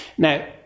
Now